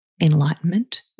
enlightenment